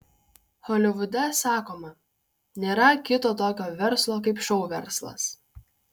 holivude sakoma nėra kito tokio verslo kaip šou verslas